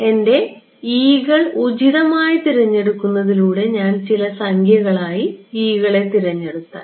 എന്റെ e കൾ ഉചിതമായി തിരഞ്ഞെടുക്കുന്നതിലൂടെ ഞാൻ ചില സംഖ്യകളായി e കളെ തിരഞ്ഞെടുത്താൽ